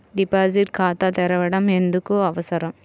Deposit ఖాతా తెరవడం ఎందుకు అవసరం?